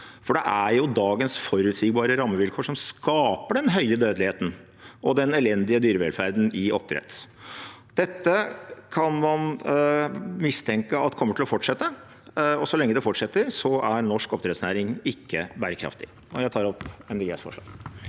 for det er dagens forutsigbare rammevilkår som skaper den høye dødeligheten og den elendige dyrevelferden i oppdrett. Dette kan man mistenke at kommer til å fortsette, og så lenge det fortsetter, er norsk oppdrettsnæring ikke bærekraftig. Jeg tar opp Miljøpartiet